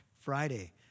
Friday